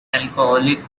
alcoholic